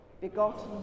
begotten